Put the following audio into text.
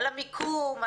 על המיקום.